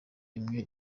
imwe